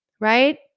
Right